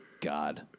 God